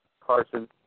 Carson